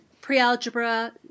pre-algebra